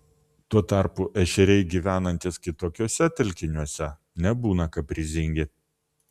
tuo tarpu ešeriai gyvenantys kitokiuose telkiniuose nebūna kaprizingi